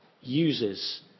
uses